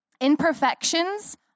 Imperfections